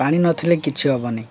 ପାଣି ନଥିଲେ କିଛି ହବନି